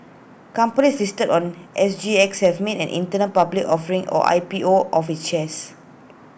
companies listed on S G X have made an internal public offering or I P O of its shares